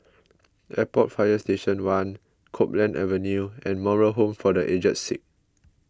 Airport Fire Station one Copeland Avenue and Moral Home for the Aged Sick